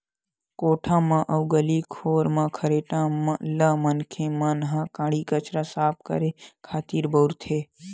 कोठा म अउ गली खोर म खरेटा ल मनखे मन ह काड़ी कचरा ल साफ करे खातिर बउरथे